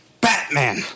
Batman